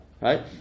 right